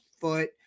foot